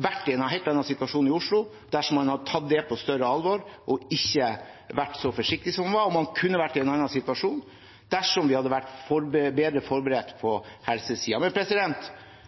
vært i en helt annen situasjon i Oslo dersom man hadde tatt det på større alvor og ikke vært så forsiktig som man var, og man kunne vært i en annen situasjon dersom vi hadde vært bedre forberedt på helsesiden. Men